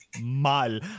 Mal